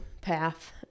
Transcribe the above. path